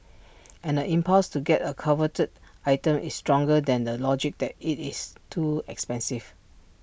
and the impulse to get A coveted item is stronger than the logic that IT is too expensive